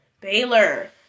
Baylor